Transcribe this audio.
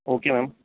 okay ma'am